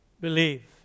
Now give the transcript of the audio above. Believe